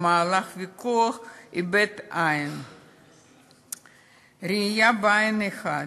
ובמהלך הוויכוח איבד את הראייה בעין אחת.